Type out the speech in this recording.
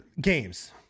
games